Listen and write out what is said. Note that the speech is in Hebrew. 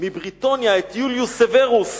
מבריטניה את יוליוס סוורוס